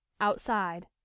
outside